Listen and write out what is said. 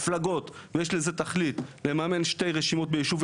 למפלגות, יש לזה תכלית, לממן שתי רשימות ביישוב.